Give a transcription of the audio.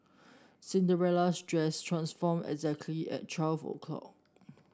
Cinderella's dress transformed exactly at twelve o'clock